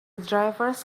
drivers